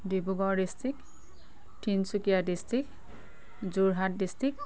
Dibrugarh district Tinsukia district Jorhat district